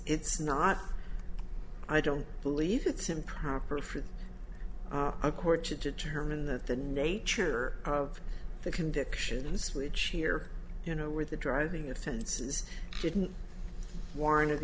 it's not i don't believe it's improper for a court to determine that the nature of the convictions which here you know where the driving offenses didn't warrant